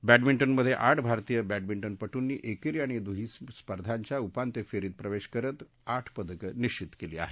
बॅडमिंटनमध्ये आठ भारतीय बॅडमिंटन पटूंनी एकेरी आणि दुहेरी स्पर्धांच्या उपांत्य फेरीत प्रवेश करत आठ पदकं निश्वित केली आहेत